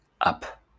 up